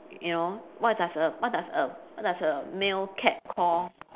you know what does a what does a what does a male cat call